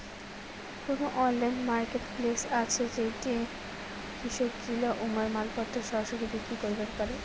কুনো online marketplace আছে যেইঠে কৃষকগিলা উমার মালপত্তর সরাসরি বিক্রি করিবার পারে?